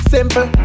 Simple